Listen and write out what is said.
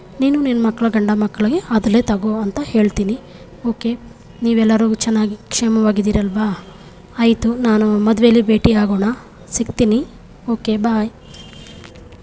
ನೀನು ನಿನ್ನ ಮಕ್ಕಳು ಗಂಡ ಮಕ್ಕಳಿಗೆ ಅದರಲ್ಲೇ ತಗೋ ಅಂತ ಹೇಳ್ತೀನಿ ಓಕೆ ನೀವೆಲ್ಲರೂ ಚೆನ್ನಾಗಿ ಕ್ಷೇಮವಾಗಿದ್ದೀರಲ್ವ ಆಯಿತು ನಾನು ಮದುವೇಲಿ ಭೇಟಿ ಆಗೋಣ ಸಿಗ್ತೀನಿ ಓಕೆ ಬಾಯ್